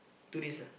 two days ah